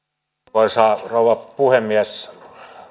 arvoisa rouva puhemies